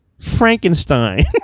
Frankenstein